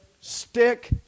stick